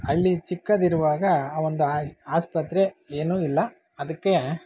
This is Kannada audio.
ಹಳ್ಳಿ ಚಿಕ್ಕದಿರುವಾಗ ಆ ಒಂದು ಆಸ್ಪತ್ರೆ ಏನೂ ಇಲ್ಲ ಅದಕ್ಕೆ